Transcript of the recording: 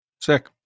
Sick